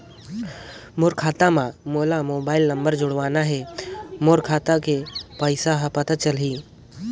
मोर खाता मां मोला मोबाइल नंबर जोड़वाना हे मोर खाता के पइसा ह पता चलाही?